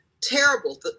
terrible